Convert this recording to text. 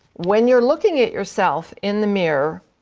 when you're looking at yourself in the mirror,